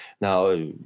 Now